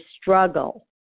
struggle